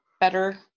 better